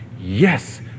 yes